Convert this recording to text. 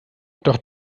doch